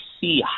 see